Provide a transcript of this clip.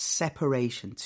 separation